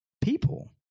people